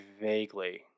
vaguely